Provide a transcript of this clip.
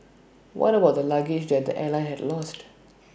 what about the luggage that the airline had lost